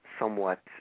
somewhat